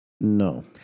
No